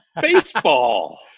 baseball